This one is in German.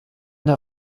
der